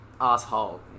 Asshole